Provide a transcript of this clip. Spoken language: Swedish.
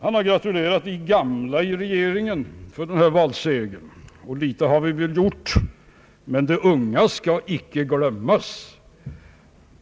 Han gratulerade »de gamla» i regeringen till den här valsegern, och litet har vi väl gjort. Men de unga skall icke glömmas.